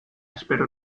espero